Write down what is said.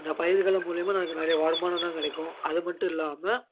அந்த பயிர்கள் மூலியமாக நமக்கு நிறையா வருமானம்தான் கிடைக்கும் அது மட்டும் இல்லாமல்